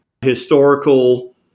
Historical